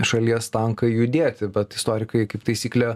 šalies tankai judėti bet istorikai kaip taisyklė